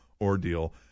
ordeal